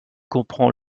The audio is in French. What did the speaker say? comprend